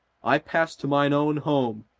i pass to mine own home,